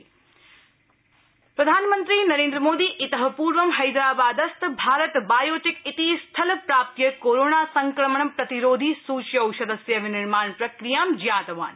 PM हृद्यिबाद प्रधानमन्त्री नरेन्द्रमोदी इत पूर्व हक्षिबादस्थ भारत बायोटिक इति स्थल प्राप्य कोरोना संक्रमण प्रतिरोधी सूच्यौषधस्य विनिर्माण प्रक्रियां ज्ञातवान्